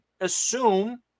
assume